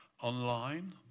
online